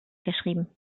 geschrieben